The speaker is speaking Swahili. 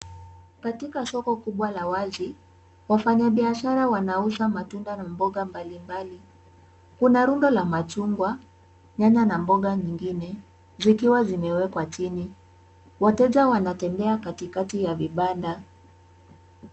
Katika soko kubwa la wazi, wafanyabiashara wanauza matunda na mboga mbalimbali. Kuna rundo la machungwa, nyanya na mboga nyingine zikiwa zimewekwa chini. Wateja wanatembea katikati ya vibanda.